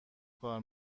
کار